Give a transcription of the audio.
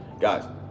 Guys